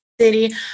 city